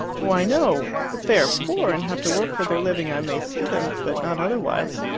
why, no. if they are poor and have to work for their living i may see them but not otherwise.